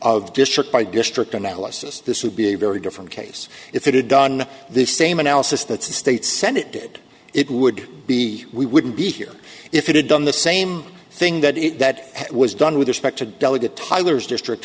of district by district analysis this would be a very different case if it had done the same analysis that's the state senate did it would be we wouldn't be here if it had done the same thing that it that was done with respect to delegate tyler's district